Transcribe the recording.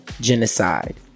genocide